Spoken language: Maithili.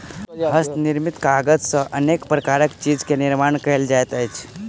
हस्त निर्मित कागज सॅ अनेक प्रकारक चीज के निर्माण कयल जाइत अछि